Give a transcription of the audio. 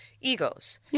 egos